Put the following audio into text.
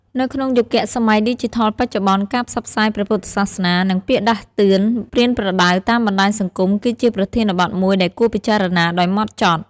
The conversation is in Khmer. នៅក្នុងយុគសម័យឌីជីថលបច្ចុប្បន្ន ការផ្សព្វផ្សាយព្រះពុទ្ធសាសនា និងពាក្យដាស់តឿនប្រៀនប្រដៅតាមបណ្តាញសង្គមគឺជាប្រធានបទមួយដែលគួរពិចារណាដោយហ្មត់ចត់។